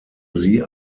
sie